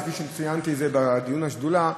כפי שציינתי בדיון השדולה,